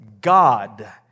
God